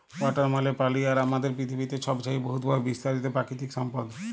water মালে পালি আর আমাদের পিথিবীতে ছবচাঁয়ে বহুতভাবে বিস্তারিত পাকিতিক সম্পদ